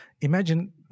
imagine